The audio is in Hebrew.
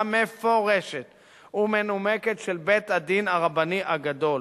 מפורשת ומנומקת של בית-הדין הרבני הגדול.